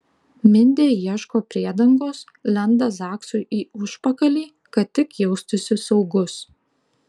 mindė ieško priedangos lenda zaksui į užpakalį kad tik jaustųsi saugus